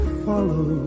follow